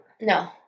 No